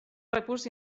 recurs